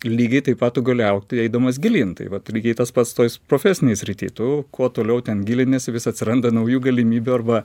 lygiai taip pat tu gali augti eidamas gilyn tai vat lygiai tas toj profesinėj srity tu kuo toliau ten giliniesi vis atsiranda naujų galimybių arba